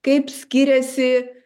kaip skiriasi